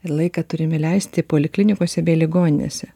ir laiką turime leisti poliklinikose bei ligoninėse